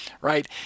right